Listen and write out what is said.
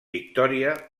victòria